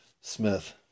Smith